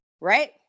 right